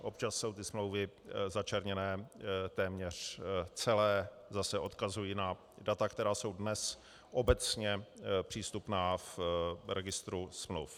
Občas jsou ty smlouvy začerněné téměř celé, zase odkazuji na data, která jsou dnes obecně přístupná v registru smluv.